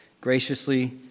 graciously